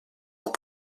ans